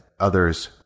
Others